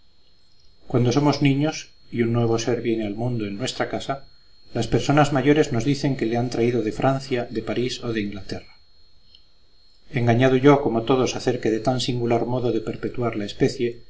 cuando somos niños y un nuevo ser viene al mundo en nuestra casa las personas mayores nos dicen que le han traído de francia de parís o de inglaterra engañado yo como todos acerca de tan singular modo de perpetuar la especie